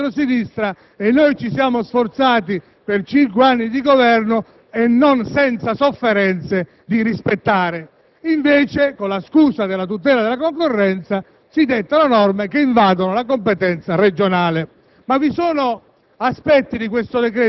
centro-destra ma dal centro-sinistra e che noi ci siamo sforzati per cinque anni di Governo, e non senza sofferenze, di rispettare. Con la scusa della tutela della concorrenza si dettano, invece, norme che invadono la competenza regionale. Ma vi sono